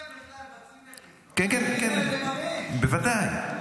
כן, בוודאי.